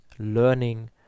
learning